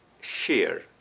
share